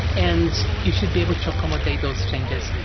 and you should be able to accommodate those changes.